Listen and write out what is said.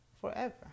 forever